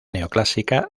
neoclásica